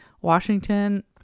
Washington